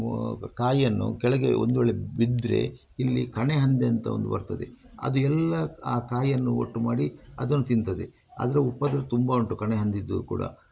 ಕಾಯಿಯನ್ನು ಕೆಳಗೆ ಒಂದ್ವೇಳೆ ಬಿದ್ದರೆ ಇಲ್ಲಿ ಕಣೆ ಹಂದಿ ಅಂತ ಒಂದು ಬರ್ತದೆ ಅದು ಎಲ್ಲ ಆ ಕಾಯಿಯನ್ನು ಒಟ್ಟು ಮಾಡಿ ಅದನ್ನು ತಿಂತದೆ ಅದ್ರ ಉಪದ್ರವ ತುಂಬ ಉಂಟು ಕಣೆ ಹಂದಿದು ಕೂಡ